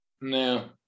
No